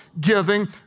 giving